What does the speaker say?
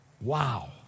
Wow